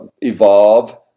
evolve